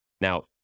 Now